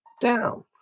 down